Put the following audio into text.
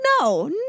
no